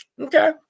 Okay